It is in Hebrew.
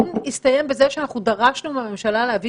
הדיון הסתיים בזה שאנחנו דרשנו מהממשלה להביא